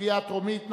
קריאה טרומית.